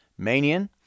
Manian